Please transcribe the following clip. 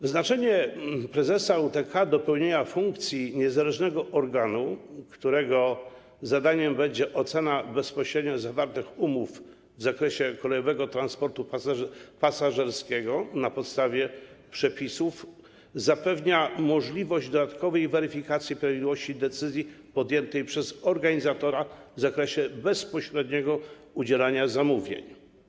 Wyznaczenie prezesa UTK do pełnienia funkcji niezależnego organu, którego zadaniem będzie bezpośrednia ocena zawartych umów w zakresie kolejowego transportu pasażerskiego, na podstawie tych przepisów zapewnia możliwość dodatkowej weryfikacji prawidłowości decyzji podjętej przez organizatora w zakresie bezpośredniego udzielania zamówień.